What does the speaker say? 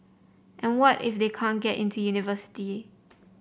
and what if they can't get into university